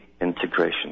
integration